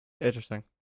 interesting